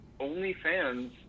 OnlyFans